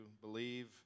believe